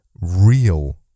real